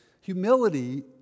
Humility